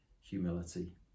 humility